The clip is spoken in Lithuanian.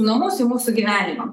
namus į mūsų gyvenimą